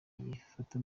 gifatwa